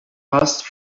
passed